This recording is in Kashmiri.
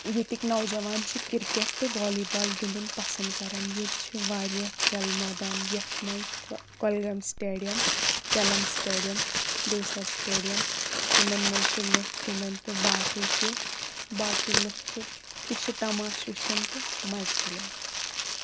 ییٚتِکۍ نوجوان چھِ کِرکٹ تہٕ والی بال گِنٛدُن پسنٛد کران ییٚتہِ چھِ واریاہ کھیلہٕ مٲدان یتھ منٛز کۄ کۄلگٲمۍ سٹیڈیم کیٚلم سٹیڈیم دِوسَر سٹیڈیم یِمن منٛز چھِ لُکھ گِنٛدان تہٕ باقٕے تہِ باقٕے لُکھ چھِ تہِ چھِ تماش وٕچھان تہٕ مزٕ تُلان